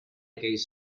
aquell